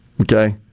Okay